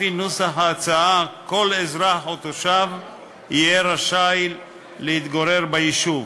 לפי נוסח ההצעה כל אזרח או תושב יהיה רשאי להתגורר ביישוב.